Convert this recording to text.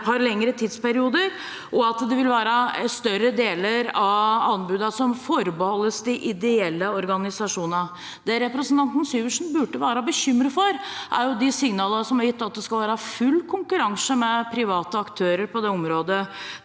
lengre tidsperioder, og at større deler av anbudene skal forbeholdes de ideelle organisasjonene. Det representanten Syversen burde være bekymret for, er de signalene som er gitt om at det skal være full konkurranse med private aktører på det området.